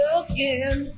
again